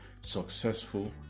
successful